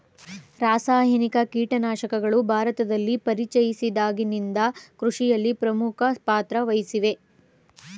ರಾಸಾಯನಿಕ ಕೀಟನಾಶಕಗಳು ಭಾರತದಲ್ಲಿ ಪರಿಚಯಿಸಿದಾಗಿನಿಂದ ಕೃಷಿಯಲ್ಲಿ ಪ್ರಮುಖ ಪಾತ್ರ ವಹಿಸಿವೆ